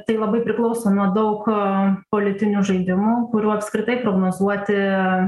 tai labai priklauso nuo daug politinių žaidimų kurių apskritai prognozuoti